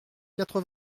quatre